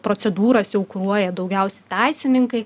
procedūras jau kuruoja daugiausiai teisininkai